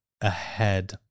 ahead